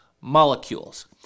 molecules